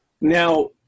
Now